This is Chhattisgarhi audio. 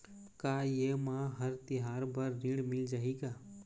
का ये मा हर तिहार बर ऋण मिल जाही का?